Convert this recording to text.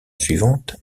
suivante